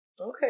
Okay